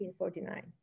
1949